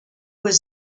was